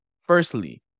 Firstly